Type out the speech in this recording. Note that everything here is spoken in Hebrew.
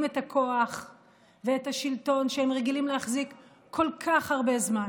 את הכוח ואת השלטון שהם רגילים להחזיק כל כך הרבה זמן.